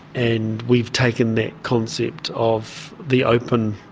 and we've taken that concept of the open,